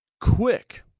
quick